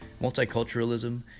multiculturalism